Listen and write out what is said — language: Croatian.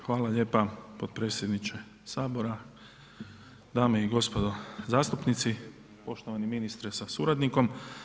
Hvala lijepa potpredsjedniče Sabora, dame i gospodo zastupnici, poštovani ministre sa suradnikom.